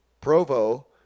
Provo